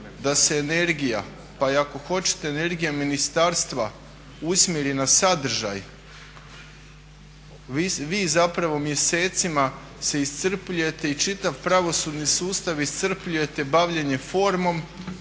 da se energija pa i ako hoćete energija ministarstva usmjeri na sadržaj vi zapravo mjesecima se iscrpljujete i čitav pravosudni sustav iscrpljujete bavljenje formom